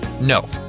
no